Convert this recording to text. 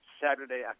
Saturday